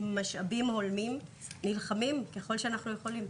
ועם משאבים הולמים אנחנו נלחמים ככל שאנחנו יכולים.